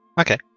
Okay